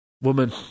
woman